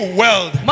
world